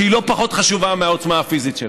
שהיא לא פחות חשובה מהעוצמה הפיזית שלה.